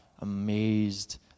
amazed